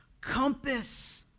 compass